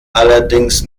allerdings